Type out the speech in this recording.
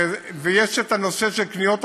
יש הנושא של קניות הגומלין,